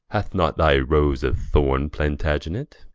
hath not thy rose a thorne, plantagenet?